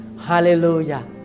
hallelujah